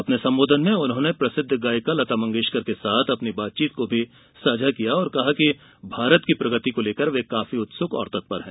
अपने संबोधन में उन्होंने प्रसिद्ध गायिका लता मंगेशकर के साथ अपनी बातचीत को भी साझा किया और कहा कि भारत की प्रगति को लेकर वे काफी उत्सुक और तत्पर हैं